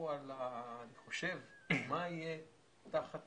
חושב מה יהיה תחת